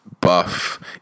buff